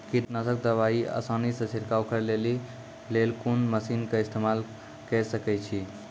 कीटनासक दवाई आसानीसॅ छिड़काव करै लेली लेल कून मसीनऽक इस्तेमाल के सकै छी?